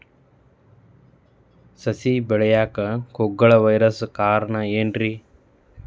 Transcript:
ಸಸಿ ಬೆಳೆಯಾಕ ಕುಗ್ಗಳ ವೈರಸ್ ಕಾರಣ ಏನ್ರಿ?